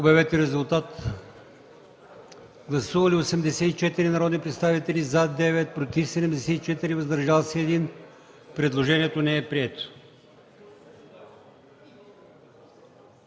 на гласуване. Гласували 84 народни представители: за 9, против 74, въздържал се 1. Предложението не е прието.